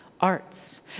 arts